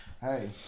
Hey